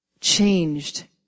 changed